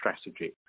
strategy